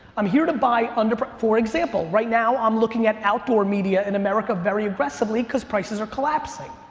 i'm here to buy under. for example, right now i'm looking at outdoor media in america very aggressively because prices are collapsing.